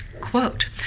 quote